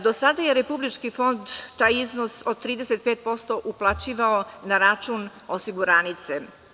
Do sada je RFZO taj iznos od 35% uplaćivao na račun osiguranice.